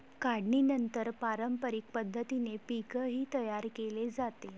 काढणीनंतर पारंपरिक पद्धतीने पीकही तयार केले जाते